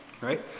Right